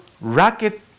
racket